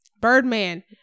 Birdman